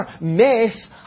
mess